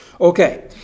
Okay